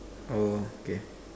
oh okay